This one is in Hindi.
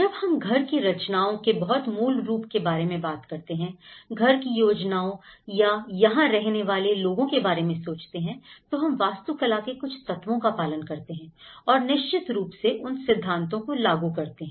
जब हम घर की रचनाओं के बहुत मूल रूप के बारे में बात करते हैं घर की योजनाओं या यहां रहने वाले लोगों के बारे में सोचते हैं तो हम वास्तुकला के कुछ तत्वों का पालन करते हैं और निश्चित रूप से उन सिद्धांतों को लागू करते हैं